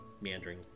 meandering